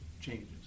changes